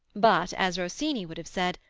but as rossini would have said,